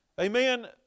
Amen